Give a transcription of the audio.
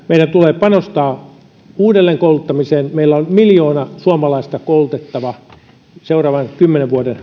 meidän tulee panostaa uudelleen kouluttamiseen meillä on miljoona suomalaista koulutettavaa seuraavan kymmenen vuoden